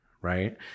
right